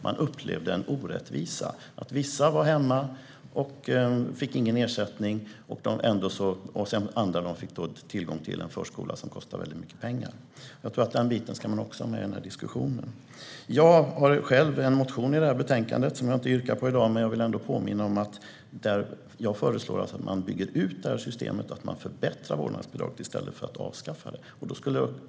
Man upplevde en orättvisa - vissa var hemma och fick ingen ersättning; andra fick tillgång till en förskola som kostade väldigt mycket pengar. Den biten ska man också ha med i den här diskussionen. Jag har själv en motion i det här betänkandet som jag inte yrkar på i dag, men jag vill ändå påminna om den. Jag föreslår alltså att man bygger ut det här systemet, att man förbättrar vårdnadsbidraget i stället för att avskaffa det.